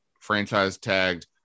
franchise-tagged